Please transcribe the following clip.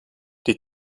die